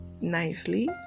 nicely